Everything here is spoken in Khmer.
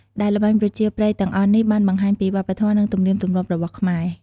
ដែលល្បែងប្រជាប្រិយទាំងអស់នេះបានបង្ហាញពីវប្បធម៌ និងទំនៀមទម្លាប់របស់ខ្មែរ។